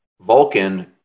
Vulcan